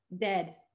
dead